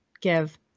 give